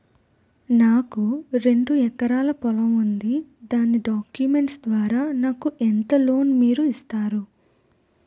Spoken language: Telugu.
నాకు రెండు ఎకరాల పొలం ఉంది దాని డాక్యుమెంట్స్ ద్వారా నాకు ఎంత లోన్ మీరు ఇస్తారు?